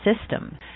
system